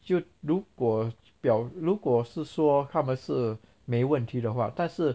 就如果表如果是说他们是没问题的话但是